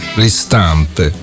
ristampe